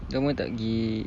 lama tak pergi